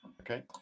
Okay